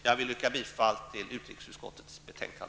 Jag vill yrka bifall till utrikesutskottets hemställan.